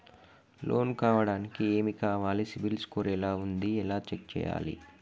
Loan కావడానికి ఏమి కావాలి సిబిల్ స్కోర్ ఎలా ఉంది ఎలా చెక్ చేయాలి?